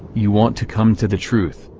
you want to come to the truth,